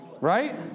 Right